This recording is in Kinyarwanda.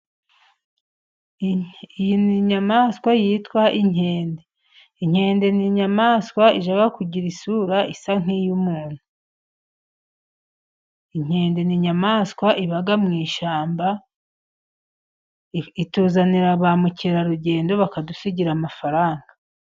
Iyi ni inyamaswa yitwa inkende, inkende ni inyamaswa ijya kugisura isa nk'iy'umuntu, inkende ni inyamaswa iba mu ishyamba ituzanira ba mukerarugendo, bakadusigira amafaranga.